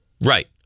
Right